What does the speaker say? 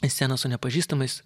į sceną su nepažįstamais